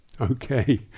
okay